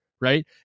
right